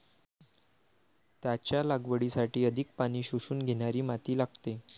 त्याच्या लागवडीसाठी अधिक पाणी शोषून घेणारी माती लागते